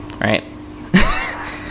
right